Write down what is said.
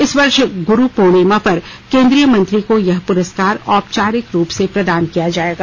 इस वर्ष गुरु पूर्णिमा पर केंद्रीय मंत्री को यह पुरस्कार औपचारिक रूप से प्रदान किया जाएगा